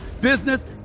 business